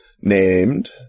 named